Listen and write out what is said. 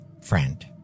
Friend